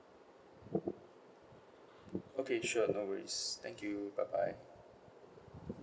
okay sure no worries thank you bye bye